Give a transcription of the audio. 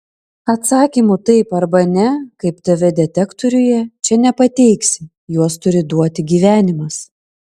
atsakymų taip arba ne kaip tv detektoriuje čia nepateiksi juos turi duoti gyvenimas